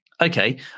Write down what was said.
Okay